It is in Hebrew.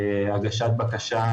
הגשת בקשה,